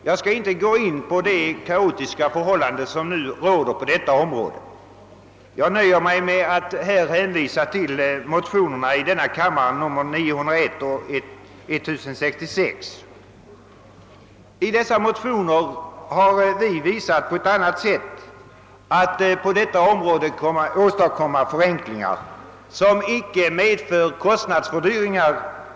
Jag skall inte gå in på det kaotiska förhållande som nu råder på området, utan jag nöjer mig med att hänvisa till motionerna i denna kammare nr 901 och 1066. I dessa motioner har vi visat att det på ett annat sätt på detta område kan åstadkommas förändringar vilka icke behöver medföra kostnadsfördyringar.